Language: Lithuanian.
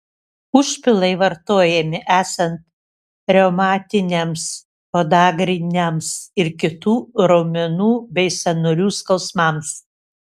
užpilai vartojami esant reumatiniams podagriniams ir kitų raumenų bei sąnarių skausmams